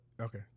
Okay